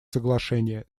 соглашения